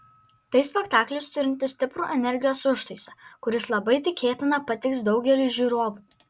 tai spektaklis turintis stiprų energijos užtaisą kuris labai tikėtina patiks daugeliui žiūrovų